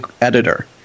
editor